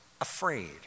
afraid